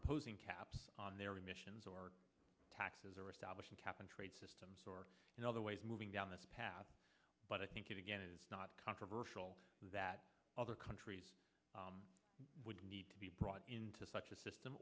imposing caps on their emissions or taxes or establishing cap and trade systems or in other ways moving down this path but i think again it is not controversial that other countries would need to be brought into such a system